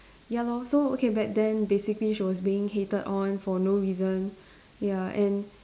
ya lor so okay back basically she was being hated on for no reason ya and